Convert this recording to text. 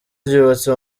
ryubatse